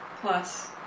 Plus